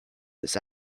this